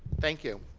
thank you.